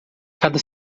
cada